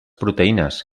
proteïnes